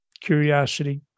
curiosity